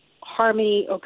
harmony